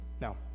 Now